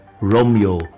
Romeo